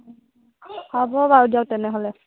হ'ব বাৰু দিয়ক তেনেহ'লে